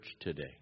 today